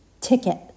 ticket